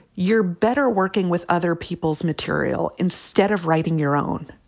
you're better working with other people's material instead of writing your own.